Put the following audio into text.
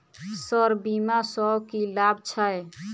Sir बीमा सँ की लाभ छैय?